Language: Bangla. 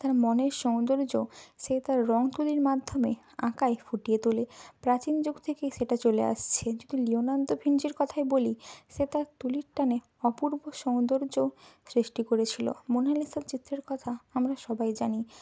তার মনের সৌন্দর্য সে তার রং তুলির মাধ্যমে আঁকায় ফুটিয়ে তোলে প্রাচীন যুগ থেকেই সেটা চলে আসছে যদি লিওনার্দো ভিঞ্চির কথাই বলি সে তার তুলির টানে অপূর্ব সৌন্দর্য সৃষ্টি করেছিলো মোনালিসা চিত্রের কথা আমরা সবাই জানি